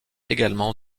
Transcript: également